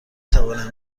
توانم